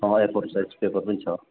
ए four size paper पनि छ